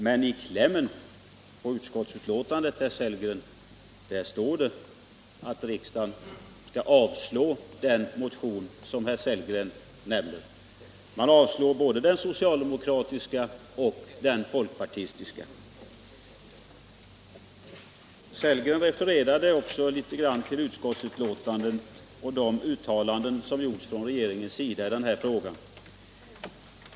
Men i klämmen på utskottsbetänkandet, herr Sellgren, föreslås det att riksdagen skall avslå den motion som herr Sellgren nämner. Man yrkar avslag på både den socialdemokratiska och den folkpartistiska motionen. Herr Sellgren refererade också något till utskottsbetänkandet och till de uttalanden som gjorts från regeringens sida i denna fråga.